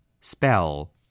Spell